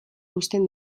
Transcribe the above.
uzten